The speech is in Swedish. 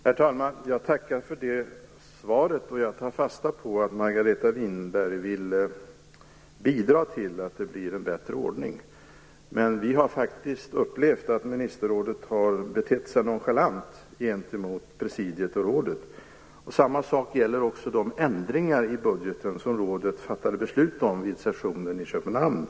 Herr talman! Jag tackar för det svaret. Jag tar fasta på att Margareta Winberg vill bidra till att det blir en bättre ordning. Vi har faktiskt upplevt att ministerrådet har betett sig nonchalant gentemot presidiet och rådet. Samma sak gäller också de ändringar som rådet fattade beslut om vid sessionen i Köpenhamn.